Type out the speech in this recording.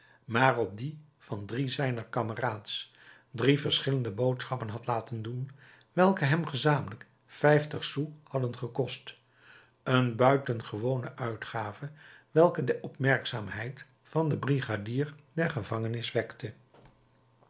maar op dien van drie zijner kameraads drie verschillende boodschappen had laten doen welke hem gezamenlijk vijftig sous hadden gekost een buitengewone uitgave welke de opmerkzaamheid van den brigadier der gevangenis wekte